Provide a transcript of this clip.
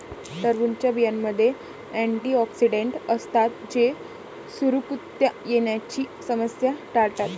टरबूजच्या बियांमध्ये अँटिऑक्सिडेंट असतात जे सुरकुत्या येण्याची समस्या टाळतात